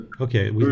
Okay